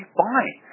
fine